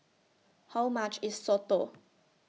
How much IS Soto